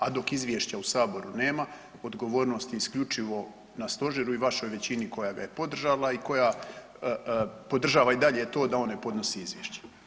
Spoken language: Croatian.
A dok izvješća u saboru nema odgovornost je isključivo na stožeru i vašoj većini koja ga je podržala i koja podržava i dalje to da on ne podnosi izvješće.